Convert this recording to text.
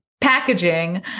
packaging